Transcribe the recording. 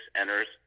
enters